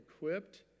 equipped